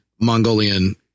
Mongolian